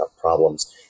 problems